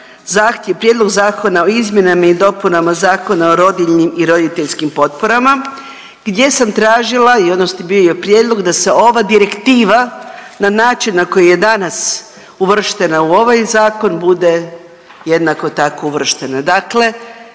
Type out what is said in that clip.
zahtjev, Prijedlog zakona o izmjenama i dopunama Zakona o rodiljnim i roditeljskim potporama gdje sam tražila i odnosno bio je prijedlog da se ova direktiva na način na koji je danas uvrštena u ovaj zakon bude jednako tako uvrštena,